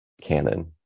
canon